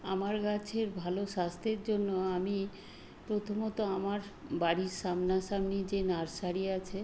আমার গাছের ভালো স্বাস্থ্যের জন্য আমি প্রথমত আমার বাড়ির সামনাসামনি যে নার্সারি আছে